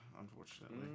unfortunately